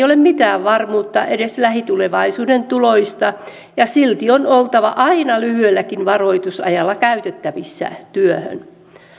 ole mitään varmuutta edes lähitulevaisuuden tuloista ja silti on oltava aina lyhyelläkin varoitusajalla käytettävissä työhön